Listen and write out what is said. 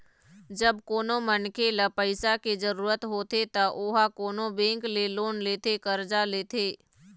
जब कोनो मनखे ल पइसा के जरुरत होथे त ओहा कोनो बेंक ले लोन लेथे करजा लेथे